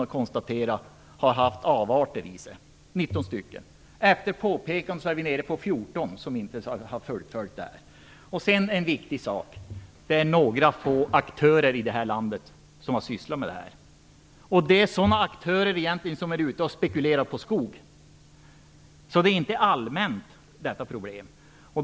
Av dessa har 19 innehållit avarter. Efter påpekanden är antalet nere i 14. Sedan är det en viktig sak: Det är ett fåtal aktörer i det här landet som har sysslat med detta. Det är sådana aktörer som är ute efter att spekulera i skog. Så problemet är inte allmänt förekommande.